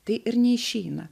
tai ir neišeina